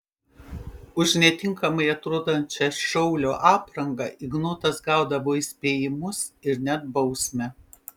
už netinkamai atrodančią šaulio aprangą ignotas gaudavo įspėjimus ir net bausmę